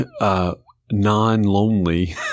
non-lonely